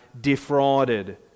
defrauded